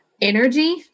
energy